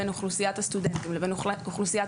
בין אוכלוסיית הסטודנטים לבין אוכלוסיית